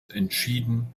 entschieden